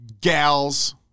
gals